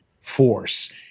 force